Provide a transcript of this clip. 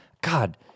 God